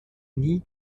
nie